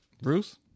Bruce